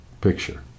picture